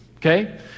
Okay